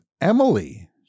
Emily